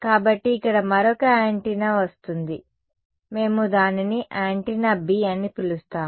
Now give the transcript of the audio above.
కాబట్టి ఇక్కడ మరొక యాంటెన్నా వస్తుంది మేము దానిని యాంటెన్నా B అని పిలుస్తాము